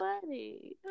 Funny